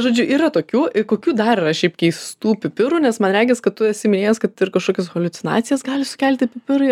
žodžiu yra tokių kokių dar yra šiaip keistų pipirų nes man regis kad tu esi minėjęs kad ir kažkokias haliucinacijas gali sukelti pipirai